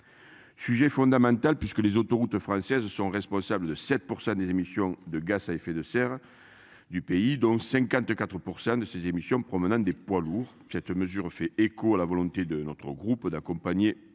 Sujet fondamental puisque les autoroutes françaises sont responsables de 7% des émissions de gaz à effet de serre. Du pays, dont 54% de ces émissions provenant des poids lourds jette mesure fait écho à la volonté de notre groupe d'accompagner